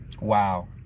Wow